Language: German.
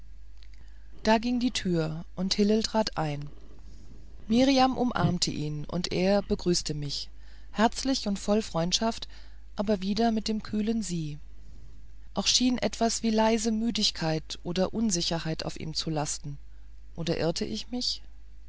da ging die tür und hillel trat ein mirjam umarmte ihn und er begrüßte mich herzlich und voll freundschaft aber wieder mit dem kühlen sie auch schien etwas wie leise müdigkeit oder unsicherheit auf ihm zu lasten oder irrte ich mich